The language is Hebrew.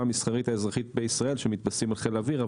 האזרחית המסחרית בישראל שמתבססים על חיל האוויר,